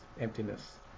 emptiness